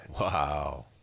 Wow